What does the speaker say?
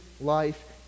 life